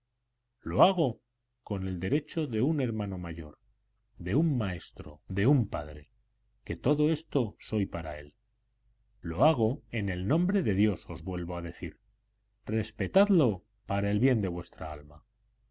lo hago con el derecho de un hermano mayor de un maestro de un padre que todo esto soy para él lo hago en el nombre de dios os vuelvo a decir respetadlo para bien de vuestra alma